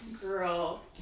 Girl